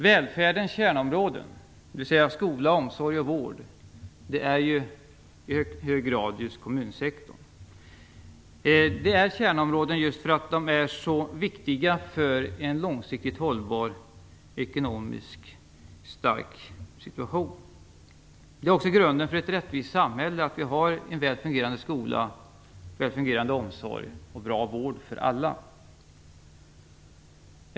Välfärdens kärnområden, skola, omsorg och vård, ligger i hög grad inom kommunsektorn. De är kärnområden därför att de är så viktiga för en långsiktigt hållbar och ekonomiskt stark situation. Det är också grunden för ett rättvist samhälle att vi har en väl fungerande skola och en väl fungerande omsorg med bra vård för alla.